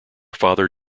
father